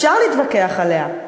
אפשר להתווכח עליה,